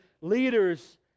Leaders